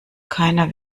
keiner